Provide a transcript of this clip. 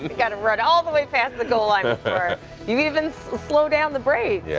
gotta run all the way past the goal line before you even slow down the brakes. yeah